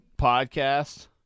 podcast